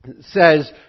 says